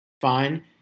fine